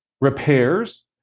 Repairs